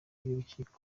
y’urukiko